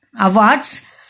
awards